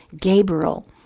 Gabriel